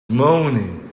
moaning